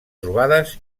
trobades